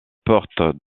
portent